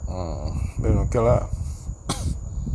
uh then okay lah